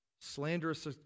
slanderous